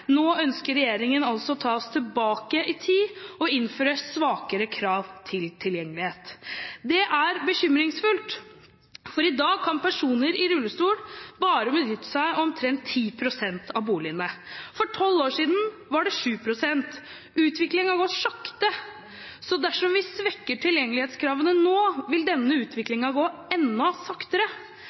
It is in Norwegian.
nå ønsker regjeringen altså å ta oss tilbake i tid og innføre svakere krav til tilgjengelighet. Det er bekymringsfullt, for i dag kan personer i rullestol bare benytte seg av omtrent 10 pst. av boligene. For 12 år siden var det 7 pst. Utviklingen går sakte. Dersom vi svekker tilgjengelighetskravene nå, vil denne utviklingen gå enda saktere.